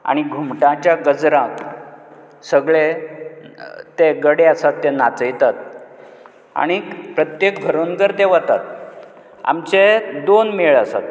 आनी घुमटाच्या गजरांत सगळे ते गडे आसात ते नाचयतात आनीक प्रत्येक घरून जर ते वतात आमचे दोन मेळ आसात